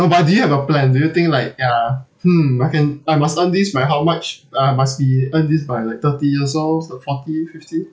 no but do you have a plan do you think like ya hmm I can I must earn this by how much I must be earn this by like thirty years old or forty fifty